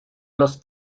los